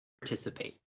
participate